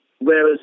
whereas